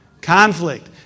Conflict